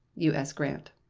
u s. grant.